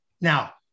Now